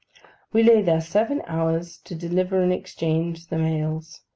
we lay there seven hours, to deliver and exchange the mails.